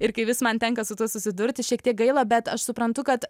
ir kai vis man tenka su tuo susidurti šiek tiek gaila bet aš suprantu kad